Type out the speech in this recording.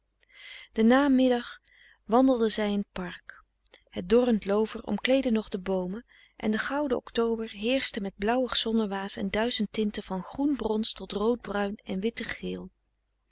den namiddag wandelden zij in t park het dorrend loover omkleedde nog de boomen en de gouden october heerschte met blauwig zonnewaas en duizend tinten van groen brons tot rood bruin en wittig geel des